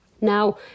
Now